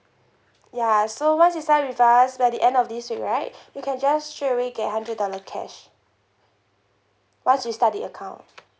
ya so once you sign up with us by the end of this week right you can just straight away get hundred dollar cash once you start the account